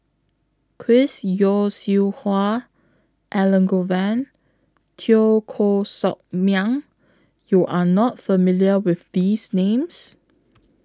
Chris Yeo Siew Hua Elangovan Teo Koh Sock Miang YOU Are not familiar with These Names